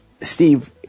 Steve